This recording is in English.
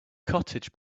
cottage